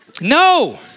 No